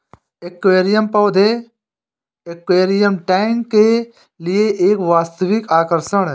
aquarium पौधे aquarium tank के लिए एक वास्तविक आकर्षण है